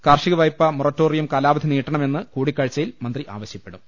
കാർഷിക വായ്പ മൊറിട്ടോറിയം കാലാ വധി നീട്ടണമെന്ന് കൂടിക്കാഴ്ചയിൽ മന്ത്രി ആവശ്യപ്പെടും